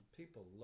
people